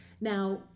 Now